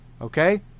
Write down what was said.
Okay